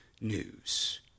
news